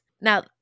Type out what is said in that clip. now